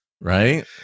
right